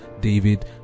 David